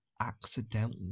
accidentally